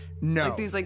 No